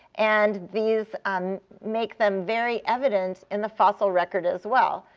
and these um make them very evident in the fossil record as well.